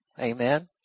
Amen